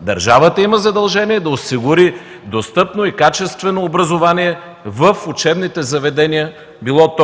Държавата има задължение да осигури достъпно и качествено образование в учебните заведения – било